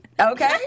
okay